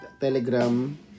telegram